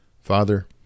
Father